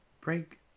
break